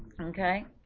Okay